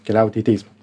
keliauti į teismą